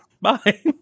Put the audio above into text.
Bye